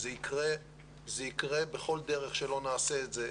זה יקרה בכל דרך שלא נעשה את זה,